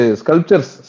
sculptures